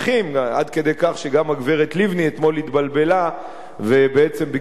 עד כדי כך שגם הגברת לבני אתמול התבלבלה ובעצם ביקשה מראש